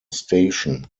station